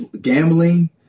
gambling